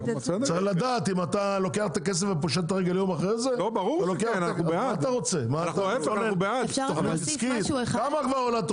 אבל צריך לדעת האם יש בעיה של אשראי בהתנהלות;